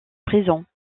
présent